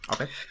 okay